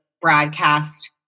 broadcast